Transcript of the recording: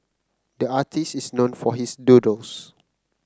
the artist is known for his doodles